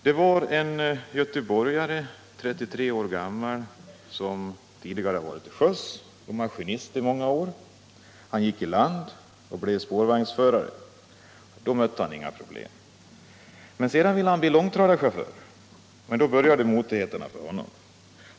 Det gällde en göteborgare, 33 år gammal, som tidigare varit till sjöss och arbetat som maskinist i många år. Han gick i land och blev spårvagnsförare. I denna egenskap mötte han inga problem. Sedan ville han emellertid bli långtradarchaufför, och då började motigheterna för honom.